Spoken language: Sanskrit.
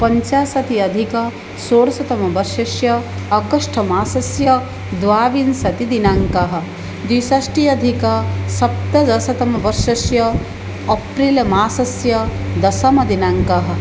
पञ्चाशदधिक षोडशतमवर्षस्य आगस्ट् मासस्य द्वाविंशतिदिनाङ्कः द्विषष्ट्यधिक सप्तदशतमवर्षस्य अप्रिल मासस्य दशमदिनाङ्कः